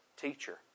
teacher